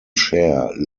share